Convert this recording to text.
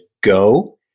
go